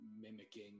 mimicking